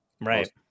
right